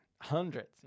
hundreds